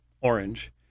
orange